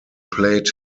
played